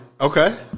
Okay